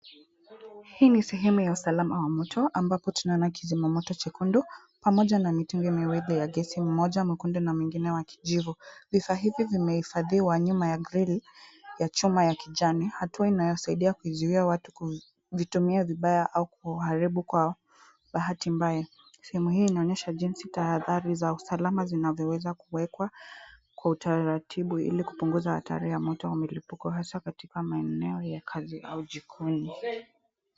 Hii ni sehemu ya usalama wa moto, ambapo tunaona kizima moto chekundu pamoja na mitungi miwili ya gesi, mmoja mwekundu na mwingine wa kijivu. Vifaa hivi vimehifadhiwa nyuma ya grili ya chuma ya kijani, hatua inayosaidia kuzuia watu kuvitumia vibaya au kuharibu kwa bahati mbaya. Sehemu hii inaonyesha jinsi tahadhari za usalama zinavyoweza kuwekwa kwa utaratibu ili kupunguza hatari ya moto au mlipuko hasa katika maeneo ya kazi au jikoni.